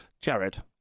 Jared